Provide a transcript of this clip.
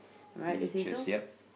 pictures yup